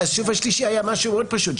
השלישי היה משהו מאוד פשוט,